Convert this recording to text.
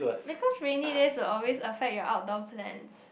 because rainy days will always affect your outdoor plans